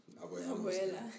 Abuela